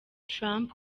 trump